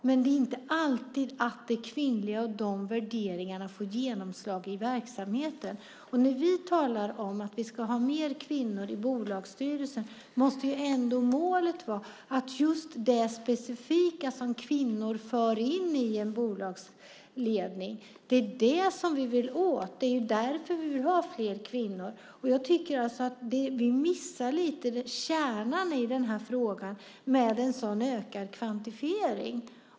Men det är inte alltid så att det kvinnliga och de kvinnliga värderingarna får genomslag i verksamheten. När vi talar om att vi ska ha fler kvinnor i bolagsstyrelserna måste målet ändå vara att det är just det specifika som kvinnor för in i en bolagsledning som vi vill åt. Det är därför vi vill ha fler kvinnor. Jag tycker att vi lite grann missar kärnan i frågan med en sådan ökad kvantifiering.